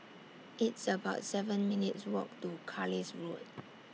It's about seven minutes' Walk to Carlisle Road